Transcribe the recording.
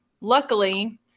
Luckily